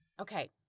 okay